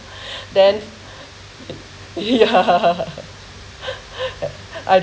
then ya I